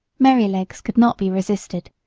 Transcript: merrylegs could not be resisted,